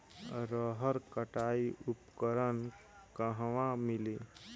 रहर कटाई उपकरण कहवा मिली?